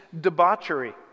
debauchery